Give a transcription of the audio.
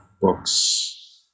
books